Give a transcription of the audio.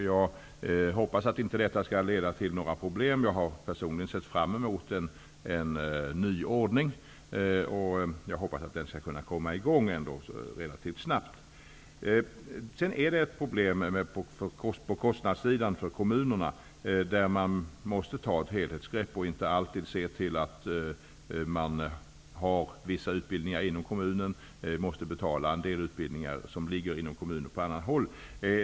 Jag hoppas att detta inte skall leda till några problem. Jag har personligen sett fram mot en nyordning, och jag hoppas att den skall komma till stånd relativt snabbt. Sedan är det ett problem på kostnadssidan för kommunerna, där man måste ta ett helhetsgrepp och inte alltid bara se till att man har vissa utbildningar inom kommunen, utan också måste betala en del utbildningar som finns på annat håll.